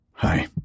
Hi